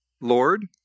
Lord